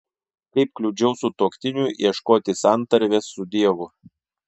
kaip kliudžiau sutuoktiniui ieškoti santarvės su dievu